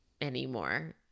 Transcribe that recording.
anymore